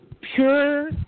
pure